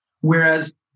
whereas